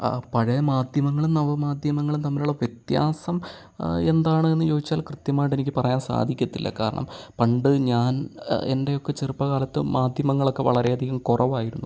ആ പഴയ മാധ്യമങ്ങളും നവമാധ്യമങ്ങളും തമ്മിലുള്ള വ്യത്യാസം എന്താണെന്ന് ചോദിച്ചാൽ കൃത്യമായിട്ട് എനിക്ക് പറയാൻ സാധിക്കത്തില്ല കാരണം പണ്ട് ഞാൻ എൻ്റെയൊക്കെ ചെറുപ്പകാലത്ത് മാധ്യമങ്ങളൊക്കെ വളരെയധികം കുറവായിരുന്നു